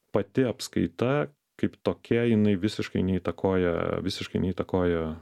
pati apskaita kaip tokia jinai visiškai neįtakoja visiškai neįtakoja